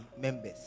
members